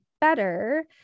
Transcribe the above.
better